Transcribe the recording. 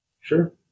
Sure